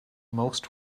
most